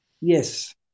yes